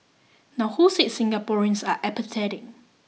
now who said Singaporeans are apathetic